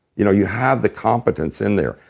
you know, you have the competence in there.